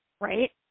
right